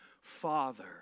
Father